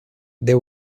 they